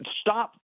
stop